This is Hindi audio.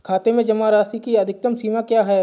खाते में जमा राशि की अधिकतम सीमा क्या है?